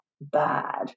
bad